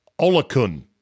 Olakun